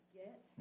get